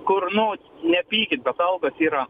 kur nu nepykit bet algos yra